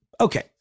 Okay